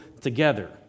together